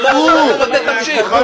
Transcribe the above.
עבודת המטה תמשיך.